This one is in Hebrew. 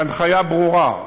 בהנחיה ברורה,